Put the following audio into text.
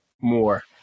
more